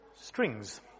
Strings